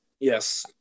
Yes